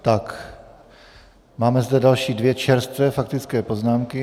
Tak, máme zde další dvě čerstvé faktické poznámky.